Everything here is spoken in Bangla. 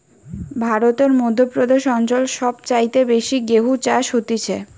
ভারতের মধ্য প্রদেশ অঞ্চল সব চাইতে বেশি গেহু চাষ হতিছে